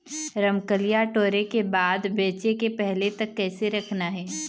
रमकलिया टोरे के बाद बेंचे के पहले तक कइसे रखना हे?